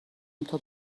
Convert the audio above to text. ندارم